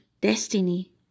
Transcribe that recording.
destiny